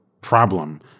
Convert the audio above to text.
problem